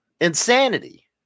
insanity